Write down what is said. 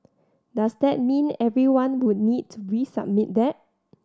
does that mean everyone would need to resubmit that